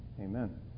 amen